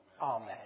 Amen